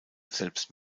selbst